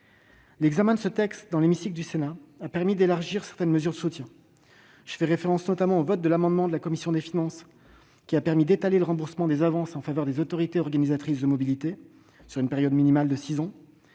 L'examen de ce texte dans l'hémicycle du Sénat a permis d'élargir certaines mesures de soutien. Je fais référence notamment au vote de l'amendement de la commission des finances visant à étaler le remboursement des avances en faveur des autorités organisatrices de la mobilité sur une période minimale de six ans.